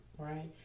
Right